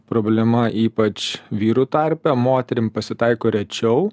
problema ypač vyrų tarpe moterim pasitaiko rečiau